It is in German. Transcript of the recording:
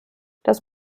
das